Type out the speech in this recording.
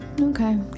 Okay